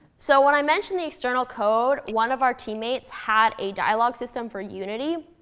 so when i mentioned the external code, one of our teammates had a dialogue system for unity,